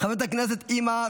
חבר הכנסת ווליד טאהא,